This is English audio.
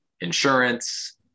insurance